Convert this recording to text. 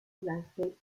landscaped